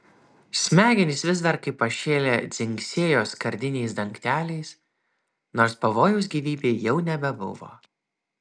smegenys vis dar kaip pašėlę dzingsėjo skardiniais dangteliais nors pavojaus gyvybei jau nebebuvo